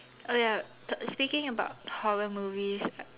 oh ya speaking about horror movies